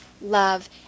love